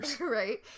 Right